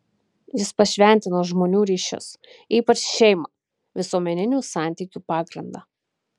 jis pašventino žmonių ryšius ypač šeimą visuomeninių santykių pagrindą